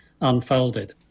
unfolded